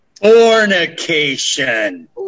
Fornication